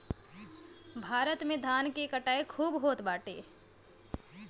भारत में धान के कटाई खूब होत बाटे